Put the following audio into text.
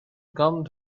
come